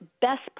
best